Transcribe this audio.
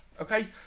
Okay